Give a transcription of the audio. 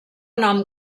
nom